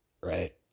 right